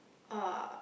uh